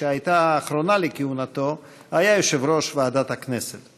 והיה אפוא בן בית במשכן הכנסת במשך יותר מעשור.